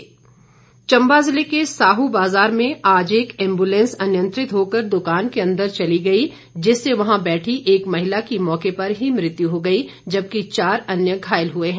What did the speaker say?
दुर्घटना चंबा जिले के साहू बाजार में आज एक एम्बुलेंस अनियंत्रित होकर दुकान के अंदर चली गई जिससे वहां बैठी एक महिला की मौके पर ही मृत्यु हो गई जबकि चार अन्य घायल हुए हैं